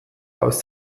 aus